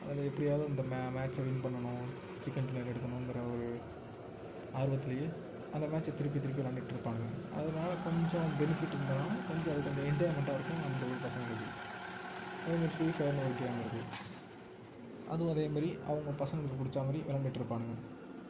அதில் எப்படியாவுது அந்த மேட்சை வின் பண்ணணும் சிக்கன் டின்னர் எடுக்கணுங்கிற ஒரு ஆர்வத்திலேயே அந்த மேட்சை திருப்பி திருப்பி விளாண்டுட்ருப்பானுங்க அதனால கொஞ்சம் பெனிஃபிட்டு இருந்தாலும் கொஞ்சம் அது கொஞ்சம் என்ஜாயிமெண்ட்டாக இருக்கும் அந்த ஊர் பசங்களுக்கு அதுமாதிரி ஃப்ரீ ஃபையர்னு ஒரு கேம் இருக்குது அதுவும் அதேமாரி அவங்க பசங்களுக்கு பிடிச்ச மாதிரி விளாண்டுட்ருப்பானுங்க